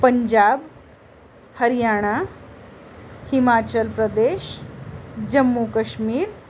Punjab Haryana Himachal Pradesh Jammu Kashmir